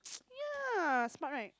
yeah smart right